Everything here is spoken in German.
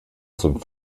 zum